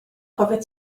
hoffet